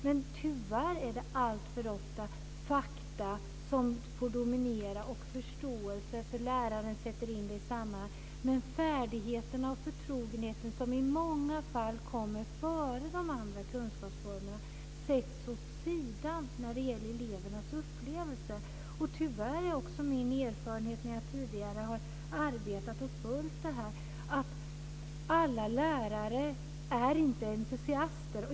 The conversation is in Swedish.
Men tyvärr dominerar alltför ofta "fakta" och "förståelse", eftersom läraren sätter in det i ett sammanhang. Men "färdigheten" och "förtrogenheten", som i många fall kommer före de andra kunskapsformerna, sätts åt sidan när det gäller elevernas upplevelser. Tyvärr är min erfarenhet från när jag tidigare har arbetat och följt det här att alla lärare inte är entusiaster.